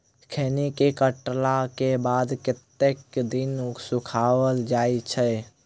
खैनी केँ काटला केँ बाद कतेक दिन सुखाइल जाय छैय?